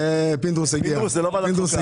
עד הים היא